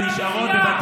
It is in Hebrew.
ונשארות לא,